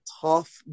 tough